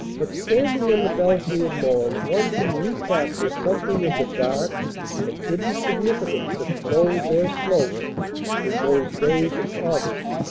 but standing on the belfry of mons one can recapture something of the dark and hidden significance that clothed their slopes in those days of august,